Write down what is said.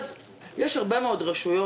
יש הרבה מאוד רשויות